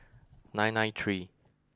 nine nine three